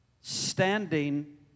standing